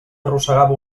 arrossegava